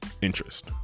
interest